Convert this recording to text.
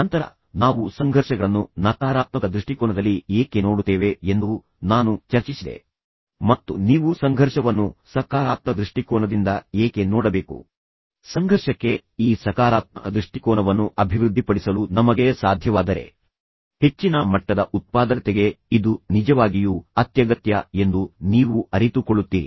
ನಂತರ ನಾವು ಸಂಘರ್ಷಗಳನ್ನು ನಕಾರಾತ್ಮಕ ದೃಷ್ಟಿಕೋನದಲ್ಲಿ ಏಕೆ ನೋಡುತ್ತೇವೆ ಎಂದು ನಾನು ಚರ್ಚಿಸಿದೆ ಮತ್ತು ನೀವು ಸಂಘರ್ಷವನ್ನು ಸಕಾರಾತ್ಮಕ ದೃಷ್ಟಿಕೋನದಿಂದ ಏಕೆ ನೋಡಬೇಕು ತದನಂತರ ನಾನು ಕೊಟ್ಟ ಸಲಹೆ ಎಂದರೆ ಸಂಘರ್ಷಕ್ಕೆ ಈ ಸಕಾರಾತ್ಮಕ ದೃಷ್ಟಿಕೋನವನ್ನು ಅಭಿವೃದ್ಧಿಪಡಿಸಲು ನಮಗೆ ಸಾಧ್ಯವಾದರೆ ಹೆಚ್ಚಿನ ಮಟ್ಟದ ಉತ್ಪಾದಕತೆಗೆ ಇದು ನಿಜವಾಗಿಯೂ ಅತ್ಯಗತ್ಯ ಎಂದು ನೀವು ಅರಿತುಕೊಳ್ಳುತ್ತೀರಿ